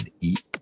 eat